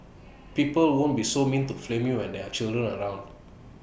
people won't be so mean to flame you when there are children around